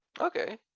Okay